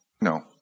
no